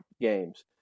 games